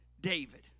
David